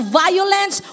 violence